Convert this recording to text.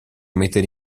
mettere